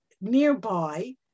nearby